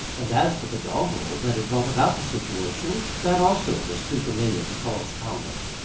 and as for the doggerel that had brought about the situation that, also, was too familiar to cause comment.